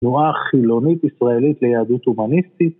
תנועה חילונית ישראלית ליהדות אומניסטית